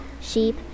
sheep